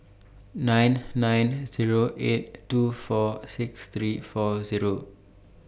nine nine Zero eight two four six three four Zero